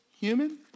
human